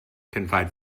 confide